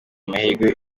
amahirwe